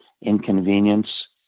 inconvenience